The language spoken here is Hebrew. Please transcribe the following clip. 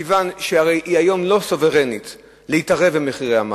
מכיוון שהרי היא היום לא סוברנית להתערב במחירי המים,